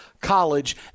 college